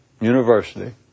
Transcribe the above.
university